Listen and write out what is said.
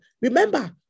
Remember